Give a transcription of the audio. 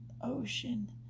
ocean